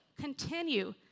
continue